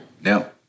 No